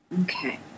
Okay